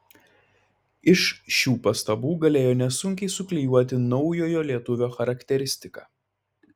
iš šių pastabų galėjo nesunkiai suklijuoti naujojo lietuvio charakteristiką